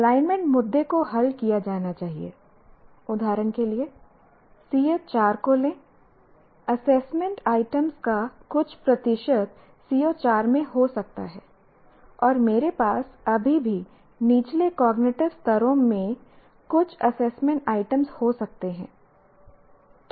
alignment मुद्दे को हल किया जाना चाहिए उदाहरण के लिए CO 4 को लें एसेसमेंट आइटम्स का कुछ प्रतिशत CO 4 में हो सकता है और मेरे पास अभी भी निचले कॉग्निटिव स्तरों में कुछ एसेसमेंट आइटम्स हो सकते हैं